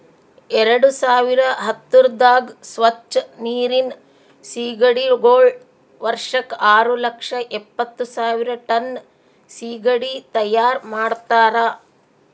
ಎರಡು ಸಾವಿರ ಹತ್ತುರದಾಗ್ ಸ್ವಚ್ ನೀರಿನ್ ಸೀಗಡಿಗೊಳ್ ವರ್ಷಕ್ ಆರು ಲಕ್ಷ ಎಪ್ಪತ್ತು ಸಾವಿರ್ ಟನ್ ಸೀಗಡಿ ತೈಯಾರ್ ಮಾಡ್ತಾರ